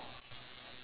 I see